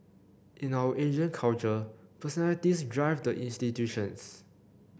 in our Asian culture personalities drive the institutions